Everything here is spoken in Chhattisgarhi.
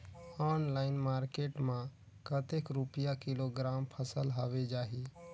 ऑनलाइन मार्केट मां कतेक रुपिया किलोग्राम फसल हवे जाही?